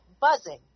buzzing